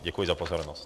Děkuji za pozornost.